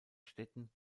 städten